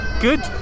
good